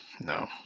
No